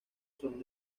son